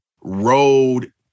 road